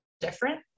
different